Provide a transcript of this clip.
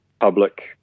public